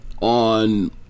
on